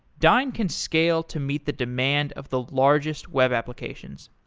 dyn can scale to meet the demand of the largest web applications.